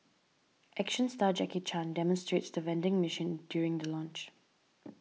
action star Jackie Chan demonstrates the vending machine during the launch